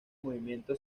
movimiento